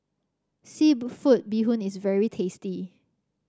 Bee Hoon is very tasty